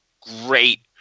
great